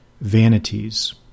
vanities